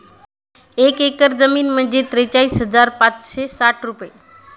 एक एकर जमीन म्हणजे त्रेचाळीस हजार पाचशे साठ चौरस फूट